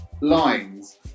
lines